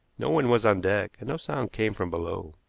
no one was on deck, and no sound came from below.